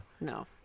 no